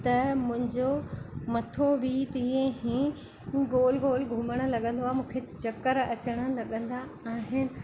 त मुंहिंजो मथो बि तीअं ई गोल गोल घुमणु लॻंदो आहे मूंखे चक्कर अचणु लॻंदा आहिनि